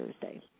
Thursday